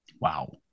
Wow